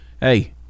hey